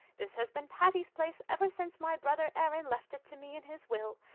this has been patty's place ever since my brother aaron left it to me in his will,